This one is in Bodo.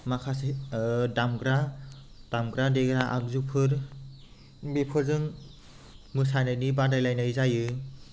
माखासे दामग्रा दामग्रा देग्रा आगजुफोर बेफोरजों मोसानायनि बादायलायनाय जायो